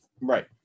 Right